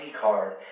card